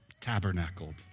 tabernacled